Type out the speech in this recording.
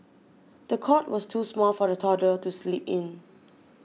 the cot was too small for the toddler to sleep in